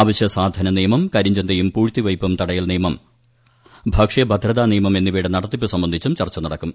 അവശ്യസാധന നിയമം കരിഞ്ചന്തയും പൂഴ്ത്തിവയ്പ്പും തടയൽ നിയമം ഭക്ഷ്യ ഭദ്രതാ നിയമം എന്നിവയുടെ ് നടത്തിപ്പ് സംബന്ധിച്ചും ചർച്ച നടക്കും